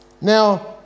Now